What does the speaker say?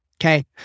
Okay